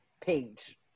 page